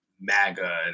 MAGA